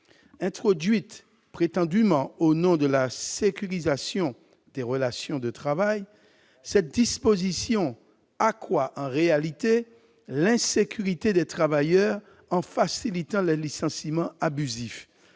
Introduite prétendument au nom de la « sécurisation des relations de travail », cette disposition accroît en réalité l'insécurité des travailleurs en facilitant les licenciements abusifs,